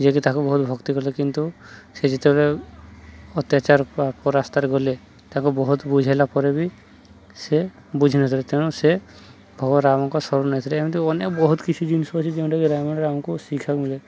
ଯିଏକି ତାକୁ ବହୁତ ଭକ୍ତି କଲେ କିନ୍ତୁ ସେ ଯେତେବେଳେ ଅତ୍ୟାଚାର ପାପ ରାସ୍ତାରେ ଗଲେ ତାକୁ ବହୁତ ବୁଝେଇଲା ପରେ ବି ସେ ବୁଝି ନଥିଲେ ତେଣୁ ସେ ଭଗବାନ ରାମଙ୍କ ଶରଣ ନେଇଥିଲେ ଏମିତି ଅନ୍ୟ ବହୁତ କିଛି ଜିନିଷ ଅଛି ଯେଉଁଟା କିି ରାମାୟଣ ରାମମକୁ ଶିଖିବାକୁ ମିଳେ